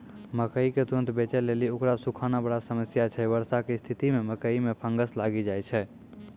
मकई के तुरन्त बेचे लेली उकरा सुखाना बड़ा समस्या छैय वर्षा के स्तिथि मे मकई मे फंगस लागि जाय छैय?